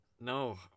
No